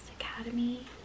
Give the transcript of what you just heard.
Academy